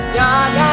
dog